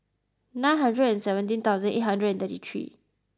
nine hundred and seventeen thousand eight hundred and thirty three